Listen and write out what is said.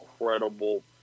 incredible